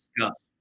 discuss